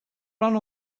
run